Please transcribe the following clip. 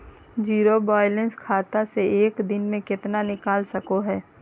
Zero balance खाता से एक दिन में कितना निकाल सको है?